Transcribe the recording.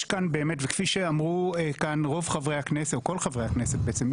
וכפי שאמרו כאן רוב חברי הכנסת או כל חברי הכנסת בעצם,